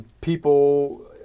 people